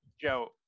Joe